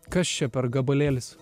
kas čia per gabalėlis